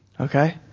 Okay